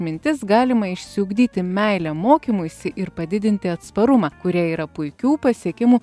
mintis galima išsiugdyti meilę mokymuisi ir padidinti atsparumą kurie yra puikių pasiekimų